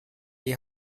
die